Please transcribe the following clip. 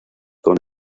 con